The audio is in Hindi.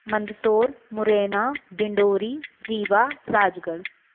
मंदसोर मुरैना डिंडोरी रीवा राजगढ़